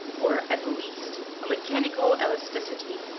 or at the least a mechanical elasticity,